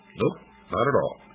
nope not at all.